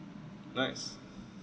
nice